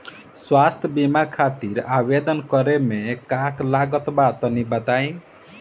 स्वास्थ्य बीमा खातिर आवेदन करे मे का का लागत बा तनि बताई?